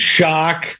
shock